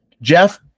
Jeff